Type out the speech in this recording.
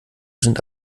sind